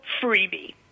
freebie